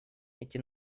эти